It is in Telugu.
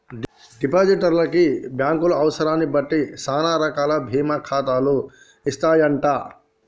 డిపాజిటర్ కి బ్యాంకులు అవసరాన్ని బట్టి సానా రకాల బీమా ఖాతాలు ఇస్తాయంట